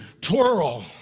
twirl